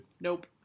Nope